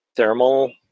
Thermal